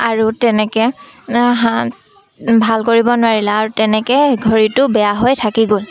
আৰু তেনেকৈ ভাল কৰিব নোৱাৰিলে আৰু তেনেকৈ ঘড়ীটো বেয়া হৈ থাকি গ'ল